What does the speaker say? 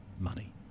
money